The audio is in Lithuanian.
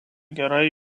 gerai